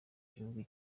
gihugu